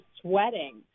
sweating